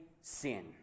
sin